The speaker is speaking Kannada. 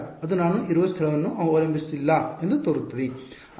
ಅದು ನಾನು ಇರುವ ಸ್ಥಳವನ್ನು ಅವಲಂಬಿಸಿಲ್ಲ ಎಂದು ತೋರುತ್ತದೆ